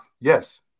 Yes